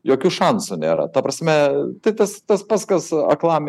jokių šansų nėra ta prasme tikslas tai tas tas pats kas aklam